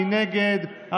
מי נגד?